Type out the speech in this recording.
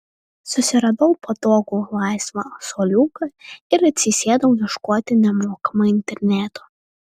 susiradau patogų laisvą suoliuką ir atsisėdau ieškoti nemokamo interneto